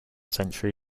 century